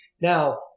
Now